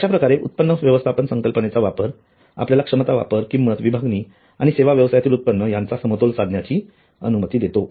अशा प्रकारे उत्पन्न व्यवस्थापन संकल्पनेचा वापर आपल्याला क्षमता वापर किंमत विभागणी आणि सेवा व्यवसायातील उत्पन्न यांचा समतोल साधण्याची अनुमती देतो